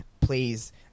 please